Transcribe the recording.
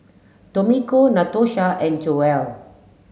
Tomika Natosha and Joelle